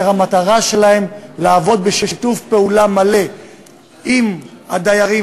שהמטרה שלהן לעבוד בשיתוף פעולה מלא עם הדיירים.